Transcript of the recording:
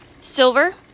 Silver